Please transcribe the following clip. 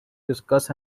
discuss